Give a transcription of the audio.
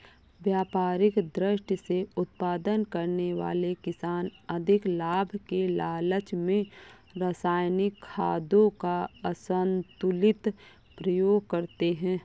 व्यापारिक दृष्टि से उत्पादन करने वाले किसान अधिक लाभ के लालच में रसायनिक खादों का असन्तुलित प्रयोग करते हैं